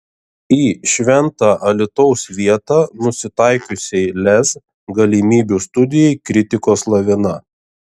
į šventą alytaus vietą nusitaikiusiai lez galimybių studijai kritikos lavina